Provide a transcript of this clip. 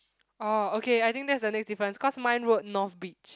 orh okay I think that's the next difference cause mine wrote north beach